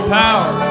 power